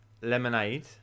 lemonade